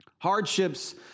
Hardships